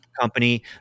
company